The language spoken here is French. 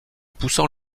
poussant